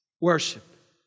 worship